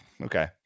okay